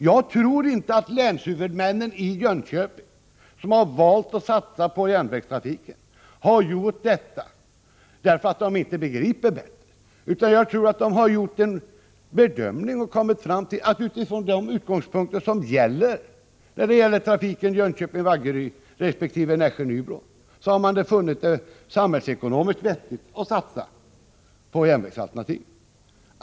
Jag tror inte att länshuvudmännen i Jönköping, som har valt att satsa på järnvägstrafik, har gjort detta därför att de inte begriper bättre, utan jag tror att de har gjort en bedömning och utifrån de förutsättningar som gäller för trafiken på sträckorna Jönköping-Vaggeryd och Nässjö-Nybro funnit det samhällsekonomiskt vettigt att satsa på järnvägsalternativet.